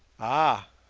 ah,